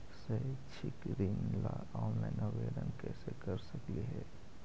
शैक्षिक ऋण ला ऑनलाइन आवेदन कैसे कर सकली हे?